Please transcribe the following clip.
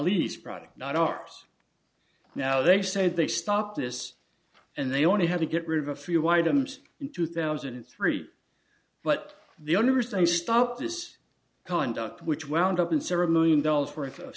pelleas product not ours now they say they stopped this and they only had to get rid of a few items in two thousand and three but the only reason they stopped this conduct which wound up in several million dollars worth of